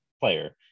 player